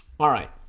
all right